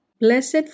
Blessed